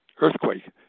Earthquake